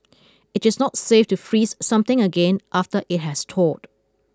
it is not safe to freeze something again after it has thawed